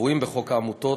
הקבועים בחוק העמותות,